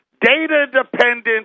data-dependent